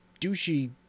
douchey